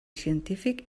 científic